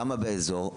כמה באזור,